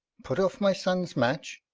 put off my son's match.